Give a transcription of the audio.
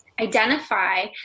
identify